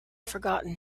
forgotten